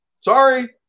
Sorry